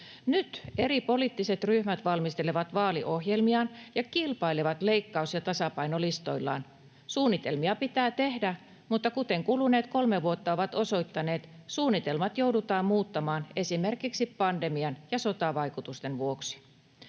Nyt eri poliittiset ryhmät valmistelevat vaaliohjelmiaan ja kilpailevat leikkaus- ja tasapainolistoillaan. Suunnitelmia pitää tehdä, mutta kuten kuluneet kolme vuotta ovat osoittaneet, suunnitelmat joudutaan muuttamaan esimerkiksi pandemian ja sotavaikutusten vuoksi.